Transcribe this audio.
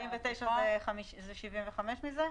49 זה 75% מזה?